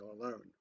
alone